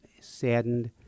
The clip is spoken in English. saddened